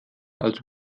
also